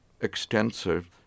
extensive